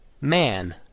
man